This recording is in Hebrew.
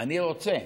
אני רוצה.